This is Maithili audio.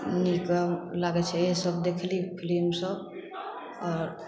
नीक लागै छै इएहसब देखली फिलिमसब आओर